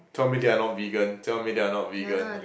tell me they're not vegan tell me they're not vegan